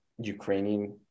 Ukrainian